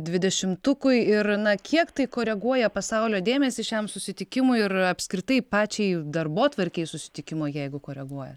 dvidešimtukui ir na kiek tai koreguoja pasaulio dėmesį šiam susitikimui ir apskritai pačiai darbotvarkei susitikimo jeigu koreguoja